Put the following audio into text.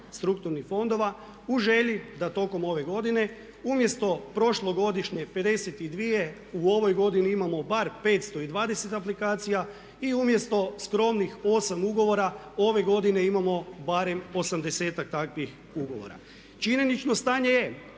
strukturnih fondova u želji da tokom ove godine umjesto prošlogodišnje 52 u ovoj godini imamo bar 520 aplikacija i umjesto skromnih 8 ugovora ove godine imamo barem 80-tak takvih ugovora. Činjenično stanje je